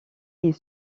est